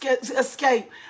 escape